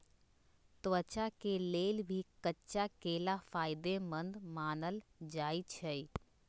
त्वचा के लेल भी कच्चा केला फायेदेमंद मानल जाई छई